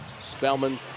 Spellman